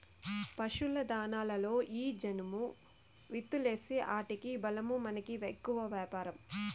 పశుల దాణాలలో ఈ జనుము విత్తూలేస్తీ ఆటికి బలమూ మనకి ఎక్కువ వ్యాపారం